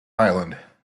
island